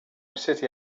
city